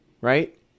Right